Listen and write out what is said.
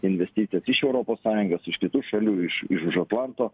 investicijas iš europos sąjungos iš kitų šalių iš iš už atlanto